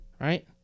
right